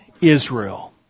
Israel